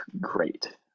great